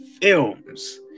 films